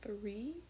three